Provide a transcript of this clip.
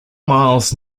miles